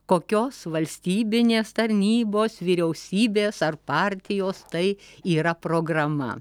kokios valstybinės tarnybos vyriausybės ar partijos tai yra programa